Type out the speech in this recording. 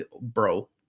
bro